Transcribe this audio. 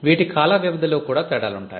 వీటి కాల వ్యవధిలో కూడా తేడాలుంటాయి